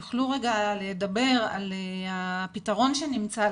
יוכלו לדבר על הפתרון שנמצא,